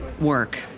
work